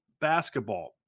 basketball